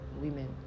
women